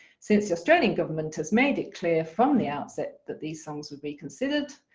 since the australian government has made it clear from the outset that these songs would be considered,